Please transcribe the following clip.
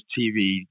TV